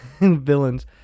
villains